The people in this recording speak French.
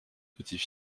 petits